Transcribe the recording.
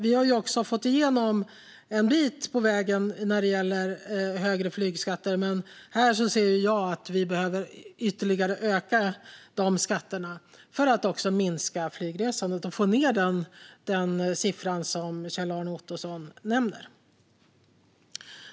Vi har också kommit en bit på vägen när det gäller högre flygskatter, men jag anser att vi behöver höja dem ytterligare för att minska flygresandet och få ned den siffra som Kjell-Arne Ottosson nämner.